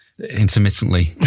intermittently